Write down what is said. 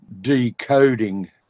decoding